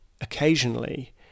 occasionally